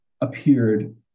appeared